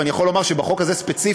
ואני יכול לומר שבחוק הזה ספציפית,